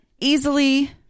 easily